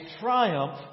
triumph